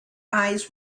eyes